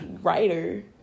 writer